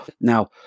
Now